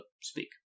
speak